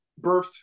birthed